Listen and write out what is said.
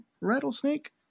rattlesnake